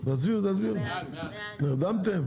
מי נמנע?